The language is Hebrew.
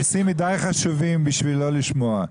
הנושאים מדי חשובים בשביל לא לשמוע.